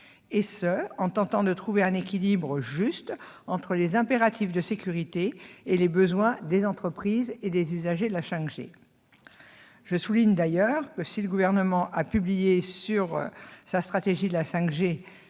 et cela en tentant de trouver un équilibre juste entre les impératifs de sécurité et les besoins des entreprises et des usagers de la 5G. Je souligne d'ailleurs que, si le Gouvernement a publié sa stratégie sur la 5G